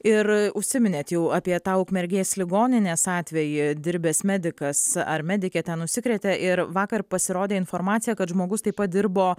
ir užsiminėt au apie tą ukmergės ligoninės atvejį dirbęs medikas ar medikė ten užsikrėtė ir vakar pasirodė informacija kad žmogus taip padirbo